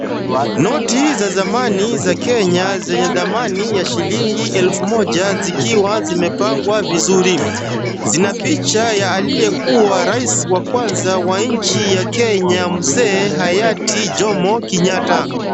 Noti za zamani za Kenya, zenye dhamani ya shilingi elefu moja zikiwa zimepangwa vizuri. Zina picha ya aliyekuwa rais wa kwanza wa nchi ya Kenya Mzee hayati Jomo Kenyatta.